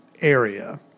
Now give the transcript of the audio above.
area